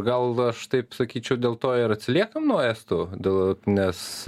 gal aš taip sakyčiau dėl to ir atsiliekam nuo estų dėl nes